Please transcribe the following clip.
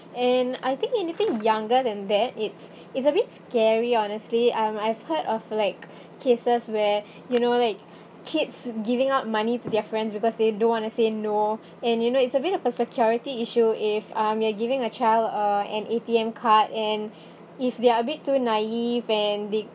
and I think anything younger than that it's it's a bit scary honestly um I've heard of like cases where you know like kids giving out money to their friends because they don't want to say no and you know it's a bit of a security issue if um you're giving a child uh an A_T_M card and if they are a bit too naive and d~